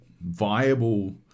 viable